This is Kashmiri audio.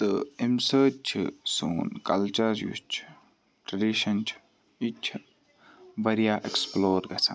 تہٕ امہ سۭتۍ چھُ سون کَلچَر یُس چھُ ٹریڈِشَن چھُ یتہِ چھُ واریاہ ایٚکٕسپٕلور گَژھان